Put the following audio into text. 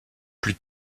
plus